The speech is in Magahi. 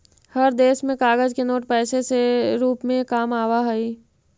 हर देश में कागज के नोट पैसे से रूप में काम आवा हई